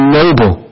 noble